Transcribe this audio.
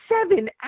seven